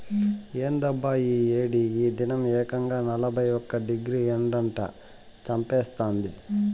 ఏందబ్బా ఈ ఏడి ఈ దినం ఏకంగా నలభై ఒక్క డిగ్రీ ఎండట చంపతాంది